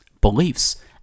beliefs